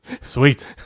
Sweet